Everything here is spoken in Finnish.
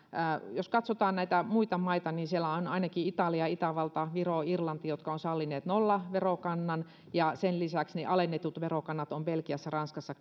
jos katsotaan näitä muita maita niin siellä ovat ainakin italia itävalta viro ja irlanti jotka ovat sallineet nollaverokannan ja sen lisäksi alennetut verokannat on belgiassa ranskassa